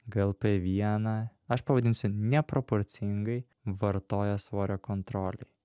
glp vieną aš pavadinsiu neproporcingai vartoja svorio kontrolei